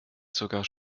sogar